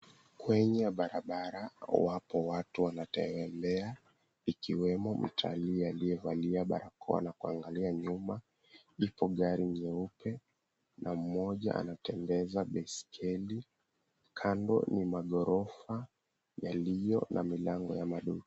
Kwenye barabara wapo watu wanatembea ikiwemo mtali aliyevaa barakoa na kuangalia nyuma. Ipo gari nyeupe na mmoja anatembeza baiskeli. Kando ni maghorofa yaliyo na milango ya maduka.